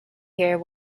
hear